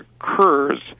occurs